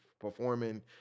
performing